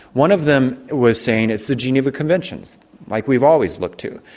one of them was saying, it's the geneva conventions like we've always looked to.